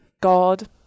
God